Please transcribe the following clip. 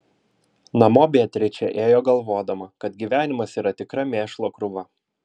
namo beatričė ėjo galvodama kad gyvenimas yra tikra mėšlo krūva